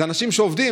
אלה אנשים שעובדים.